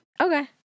okay